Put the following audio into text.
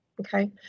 okay